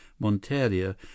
monteria